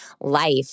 life